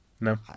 No